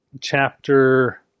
chapter